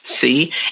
see